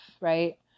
right